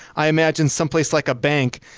i imagine some place like a bank,